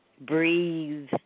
breathe